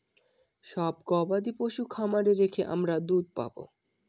সব গবাদি পশু খামারে রেখে আমরা দুধ পাবো